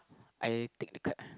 I take the card